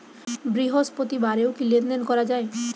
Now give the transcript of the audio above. বৃহস্পতিবারেও কি লেনদেন করা যায়?